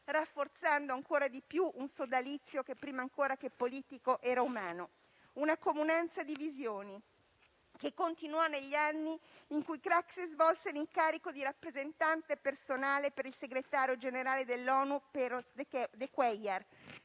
rafforzando ancora di più un sodalizio che, prima ancora che politico, era umano. Tale comunanza di visioni continuò negli anni in cui Craxi svolse l'incarico di rappresentante personale per il Segretario generale dell'ONU, Javier Pérez de Cuéllar,